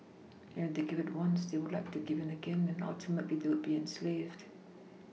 and if they give in once they would have to give in again and ultimately they would be enslaved